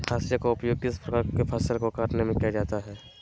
हाशिया का उपयोग किस प्रकार के फसल को कटने में किया जाता है?